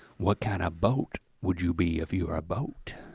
what kinda boat would you be if you were a boat?